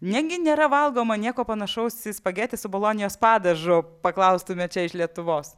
negi nėra valgoma nieko panašaus į spageti su bolonijos padažu paklaustumėte čia iš lietuvos